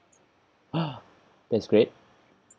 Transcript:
!huh! that's great